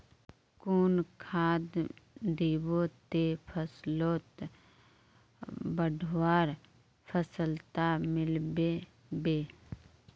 कुन खाद दिबो ते फसलोक बढ़वार सफलता मिलबे बे?